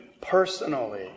personally